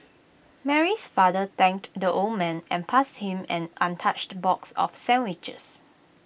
Mary's father thanked the old man and passed him an untouched box of sandwiches